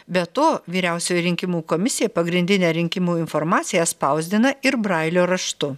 be to vyriausioji rinkimų komisija pagrindinę rinkimų informaciją spausdina ir brailio raštu